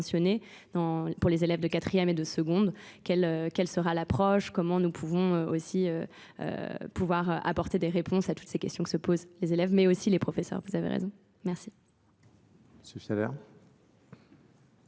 mentionné pour les élèves de quatrième et de seconde, quelle sera l'approche, comment nous pouvons aussi... pouvoir apporter des réponses à toutes ces questions que se posent les élèves mais aussi les professeurs. Vous avez raison. Merci. Monsieur Fialer.